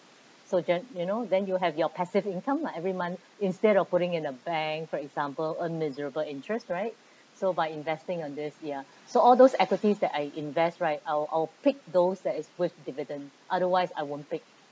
so jus~ you know then you'll have your passive income lah every month instead of putting in a bank for example earn miserable interest right so by investing on this ya so all those equities that I invest right I'll I'll pick those that is with dividend otherwise I won't pick